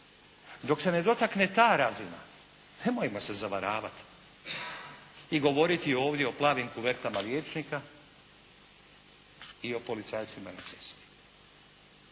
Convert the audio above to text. Dok se ne dotakne ta razina, nemojmo se zavaravati i govoriti ovdje o plavim kuvertama liječnika i o policajcima na cesti.